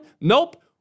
Nope